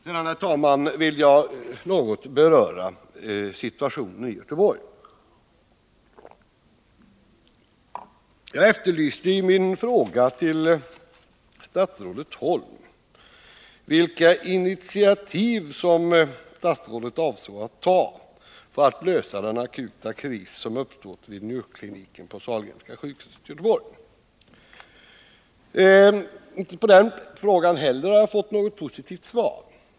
Sedan vill jag, herr talman, något beröra situationen i Göteborg. Jag har i min interpellation frågat statsrådet Holm vilka initiativ statsrådet avser att ta för att lösa den akuta kris som uppstått vid njurkliniken på Sahlgrenska sjukhuset i Göteborg. Inte heller på den frågan har jag fått något positivt svar.